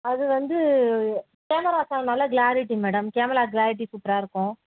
அது வந்து கேமரா நல்ல க்ளாரிட்டி மேடம் கேமரா க்ளாரிட்டி சூப்பராக இருக்கும்